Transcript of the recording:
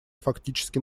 фактически